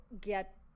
get